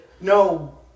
No